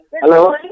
Hello